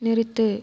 நிறுத்து